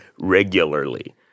regularly